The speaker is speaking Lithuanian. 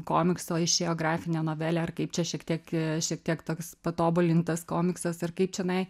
komikso išėjo grafinė novelė ar kaip čia šiek tiek šiek tiek toks patobulintas komiksas ar kaip čionai